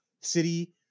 City